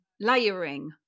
layering